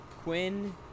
Quinn